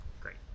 Great